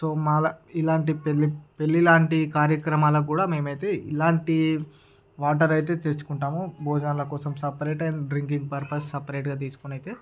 so మాలాగ ఇలాంటి పెళ్లి పెళ్ళిలాంటి కార్యక్రమాల కూడా మేమైతే ఇలాంటి వాటర్ అయితే తెచ్చుకుంటాము భోజనాల కోసం సెపరేట్ అయిన డ్రింకింగ్ పర్పస్ సెపరేట్ గా తీసుకొని అయితే